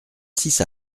six